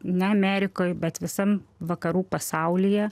ne amerikoje bet visam vakarų pasaulyje